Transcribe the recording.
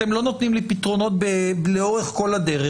אתם לא נותנים לי פתרונות לאורך כל הדרך,